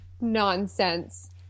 nonsense